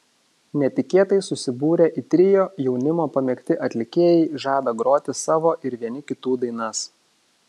netikėtai susibūrę į trio jaunimo pamėgti atlikėjai žada groti savo ir vieni kitų dainas